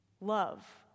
Love